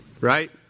Right